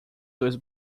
dois